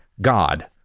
God